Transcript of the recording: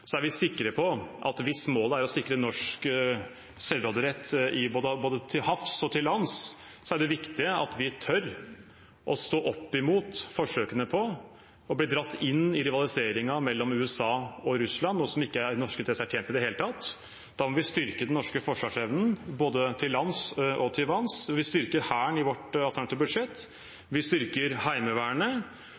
Hvis målet er å sikre norsk selvråderett, både til havs og til lands, er det viktig at vi tør å stå opp imot forsøkene på å bli dratt inn i rivaliseringen mellom USA og Russland, som norske interesser ikke er tjent med i det hele tatt. Da må vi styrke den norske forsvarsevnen, både til lands og til vanns. Vi styrker Hæren i vårt alternative budsjett, vi styrker Heimevernet,